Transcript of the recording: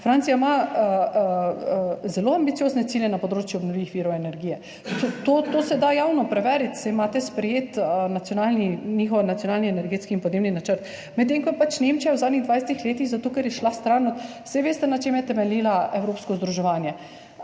Francija ima zelo ambiciozne cilje na področju obnovljivih virov energije. To se da javno preveriti, saj imate sprejet njihov nacionalni energetski in podnebni načrt. Medtem ko je pač Nemčija v zadnjih 20 letih, zato ker je šla stran od, saj veste, na čem je temeljilo evropsko združevanje,